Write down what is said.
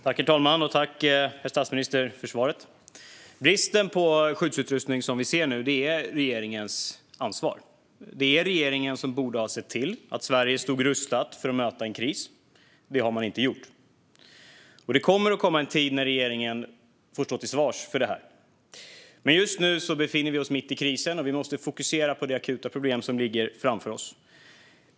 Herr talman! Tack, herr statsminister, för svaret! Den brist på skyddsutrustning som vi nu ser är regeringens ansvar. Det är regeringen som borde ha sett till att Sverige stod rustat för att möta en kris, men detta har man inte gjort. Det kommer att komma en tid när regeringen får stå till svars för det. Men just nu befinner vi oss mitt i krisen, och vi måste fokusera på det akuta problem som ligger framför oss.